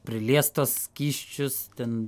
priliest tuos skysčius ten